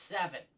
seven